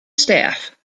staff